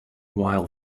while